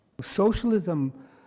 socialism